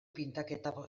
pintaketa